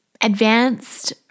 advanced